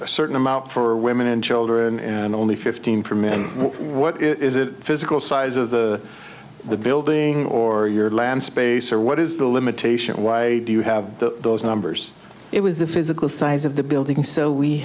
a certain amount for women and children and only fifteen for men what is it physical size of the building or your land space or what is the limitation why do you have those numbers it was a physical size of the building so we